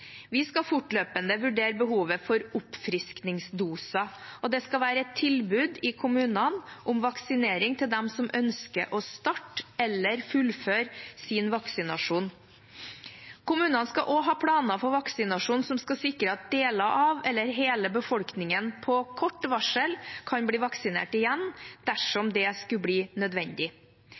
Vi skal fortløpende vurdere behovet for oppfriskningsdoser, og det skal være et tilbud i kommunene om vaksinering til dem som ønsker å starte eller fullføre sin vaksinasjon. Kommunene skal også ha planer for vaksinasjon som skal sikre at deler av eller hele befolkningen på kort varsel kan bli vaksinert igjen, dersom det skulle bli nødvendig.